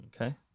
Okay